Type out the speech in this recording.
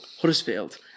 Huddersfield